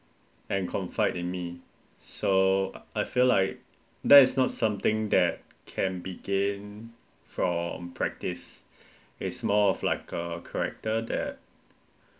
and confine in me so I I feel like there is not something that can be gained from practice it's more of like uh character that